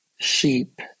sheep